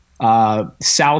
South